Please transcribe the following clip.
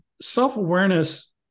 self-awareness